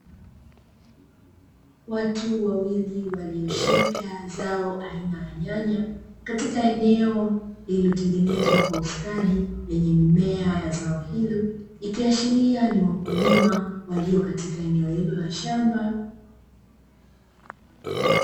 Watu wawili walioshika zao aina ya nyanya katika eneo lililotengenezwa kwa ustadi lenye mimea ya zao hilo, ikiashiria ni wakulima walio katika eneo hilo la shamba.